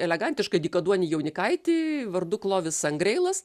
elegantišką dykaduonį jaunikaitį vardu klovis sangreilas